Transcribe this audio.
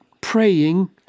praying